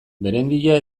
berendia